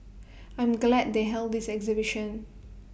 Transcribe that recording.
I'm glad they held this exhibition